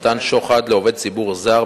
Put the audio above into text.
(תיקון מס' 110) (מתן שוחד לעובד ציבור זר),